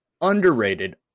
underrated